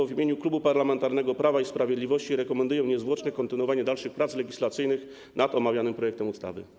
W imieniu Klubu Parlamentarnego Prawo i Sprawiedliwość rekomenduję niezwłoczne kontynuowanie dalszych prac legislacyjnych nad omawianym projektem ustawy.